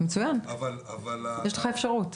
מצוין, יש לך אפשרות.